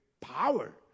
power